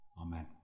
Amen